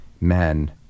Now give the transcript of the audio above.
men